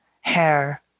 Hair